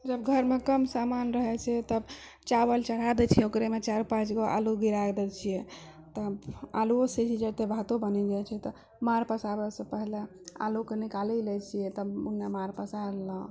जब घरमे कम सामान रहय छै तब चावल चढ़ाय दै छियै ओकरेमे चारि पाँच गो आलू गिराय दै छियै तऽ आलुओ सीझ जेतय भातो बनि जाइ छै तऽ माड़ पसाबयसँ पहिले आलूके निकालि लै छियै तब माड़ पसा लेलहुँ